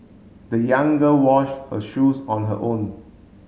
the young girl washed her shoes on her own